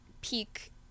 peak